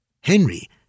Henry